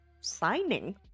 signing